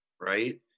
right